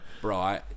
Bro